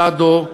דדו,